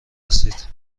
رسید